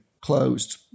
closed